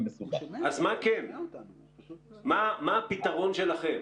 מה פתרון שלכם?